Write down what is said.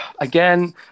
again